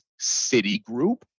Citigroup